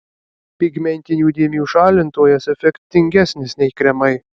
pigmentinių dėmių šalintojas efektingesnis nei kremai